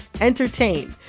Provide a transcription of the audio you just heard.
entertain